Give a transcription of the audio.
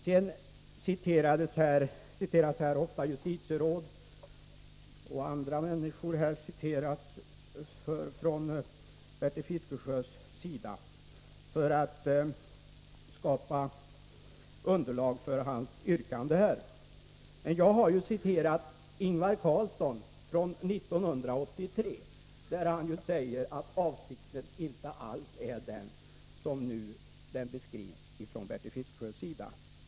Bertil Fiskesjö citerar ofta justitieråd och andra för att skapa underlag för sitt yrkande. Men jag har citerat ett uttalande av Ingvar Carlsson från 1983, där det framgår att avsikten inte alls är den som nu anges av Bertil Fiskesjö.